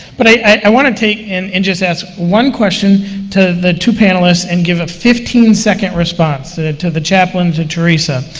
but i i want to take and and just ask one question to the two panelists, and give a fifteen second response, to the to the chaplain and to teresa.